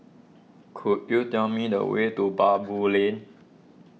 could you tell me the way to Baboo Lane